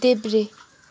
देब्रे